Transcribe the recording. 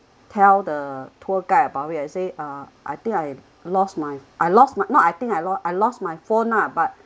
tell the poor guy about it I said uh I think I lost my I lost my not I think I lo~ I lost my phone lah but